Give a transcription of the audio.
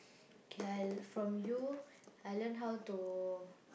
K I from you I learn how to